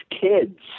kids